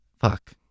fuck